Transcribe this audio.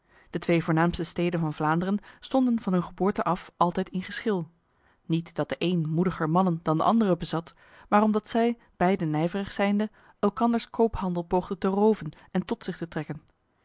de twee voornaamste steden van vlaanderen stonden van hun geboorte af altijd in geschil niet dat de een moediger mannen dan de andere bezat maar omdat zij beide nijverig zijnde elkanders koophandel poogden te roven en tot zich te trekken